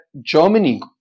Germany